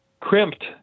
crimped